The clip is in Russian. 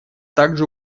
также